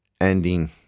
ending